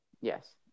Yes